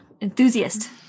enthusiast